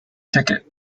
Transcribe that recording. ticket